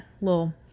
little